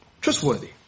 Trustworthy